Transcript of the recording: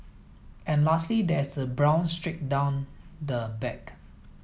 and lastly there is a brown streak down the back